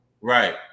right